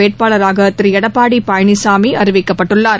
வேட்பாளராக திரு எடப்பாடி பழனிசாமி அறிவிக்கப்பட்டுள்ளார்